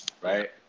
right